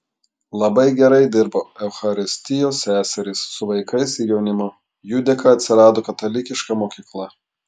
labai gerai dirbo eucharistijos seserys su vaikais ir jaunimu jų dėka atsirado katalikiška mokykla